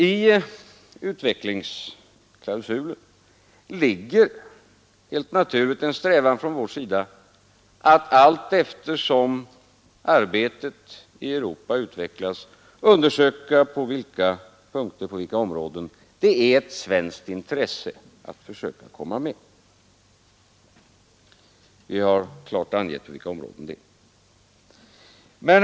I utvecklingsklausulen ligger naturligtvis en strävan från vår sida att allteftersom arbetet i Europa utvecklas undersöka på vilka områden det är ett svenskt intresse att försöka komma med. Vi har klart angivit vilka områden det gäller.